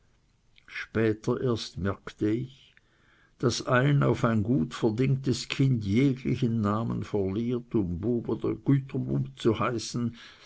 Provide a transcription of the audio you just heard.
später erst merkte ich daß ein auf ein gut verdingtes kind jeglichen namen verliert um bueb oder güeterbueb zu heißen